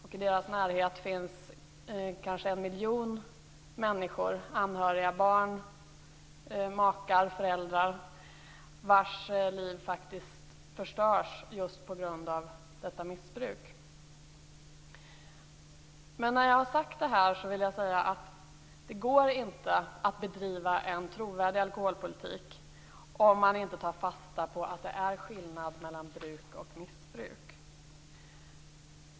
I deras närhet finns kanske en miljon människor - anhöriga, barn, makar och föräldrar - vars liv faktiskt förstörs just på grund av detta missbruk. När jag har sagt detta vill jag säga att det inte går att bedriva en trovärdig alkoholpolitik om man inte tar fasta på att det är skillnad mellan bruk och missbruk.